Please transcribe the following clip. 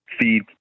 feed